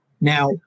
Now